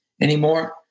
anymore